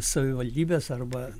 savivaldybės arba